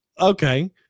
okay